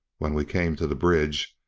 when we came to the bridge,